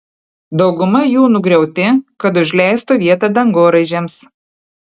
dauguma jų nugriauti kad užleistų vietą dangoraižiams